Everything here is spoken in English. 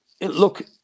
Look